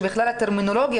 שבכלל הטרמינולוגיה,